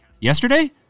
yesterday